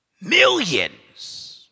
Millions